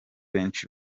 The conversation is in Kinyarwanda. benshi